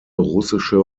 russische